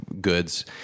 goods